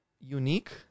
unique